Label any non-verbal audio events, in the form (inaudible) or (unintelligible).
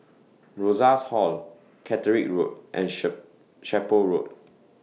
Rosas Hall Catterick Road and (unintelligible) Chapel Road